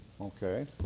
Okay